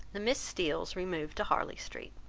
the miss steeles removed to harley street,